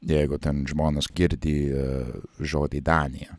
jeigu ten žmonės girdi žodį danija